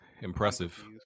Impressive